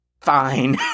Fine